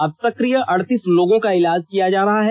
अब सक्रिय अड़तीस लोगों का इलाज किया जा रहा है